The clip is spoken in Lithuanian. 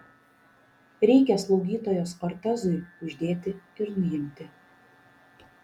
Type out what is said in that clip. reikia slaugytojos ortezui uždėti ir nuimti